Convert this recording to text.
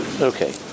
Okay